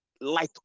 light